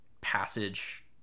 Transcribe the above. passage